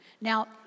Now